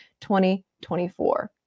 2024